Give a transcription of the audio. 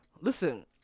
listen